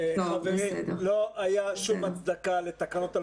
אבל הטיעון המילולי שלך לא תואם את הטיעון בגרפים.